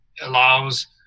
allows